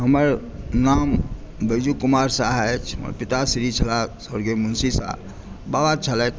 हमर नाम बैजु कुमार सहाय अछि हमर पिताश्री छलाह स्वर्गीय मुन्शी सहाय बाबा छलथि